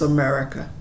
America